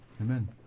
Amen